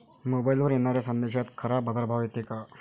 मोबाईलवर येनाऱ्या संदेशात खरा बाजारभाव येते का?